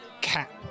cap